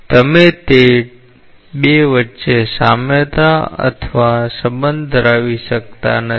તેથી તમે તે 2 વચ્ચે સામ્યતા અથવા સંબંધ ધરાવી શકતા નથી